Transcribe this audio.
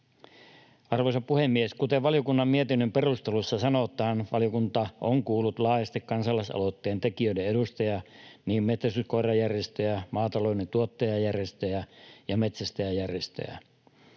Arvoisa puhemies! Kuten valiokunnan mietinnön perusteluissa sanotaan, valiokunta on kuullut laajasti kansalaisaloitteen tekijöiden edustajia, niin metsästyskoirajärjestöjä, maatalouden tuottajajärjestöjä kuin metsästäjäjärjestöjä.